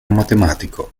matematico